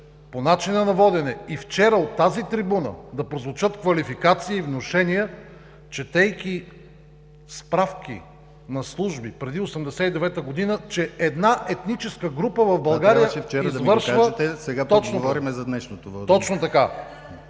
по начина на водене и вчера от тази трибуна да прозвучат квалификации, внушения, четейки справки на служби преди 1989 г., че една етническа група в България извършва точно…